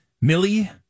Millie